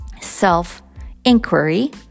self-inquiry